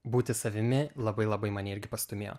būti savimi labai labai mane irgi pastūmėjo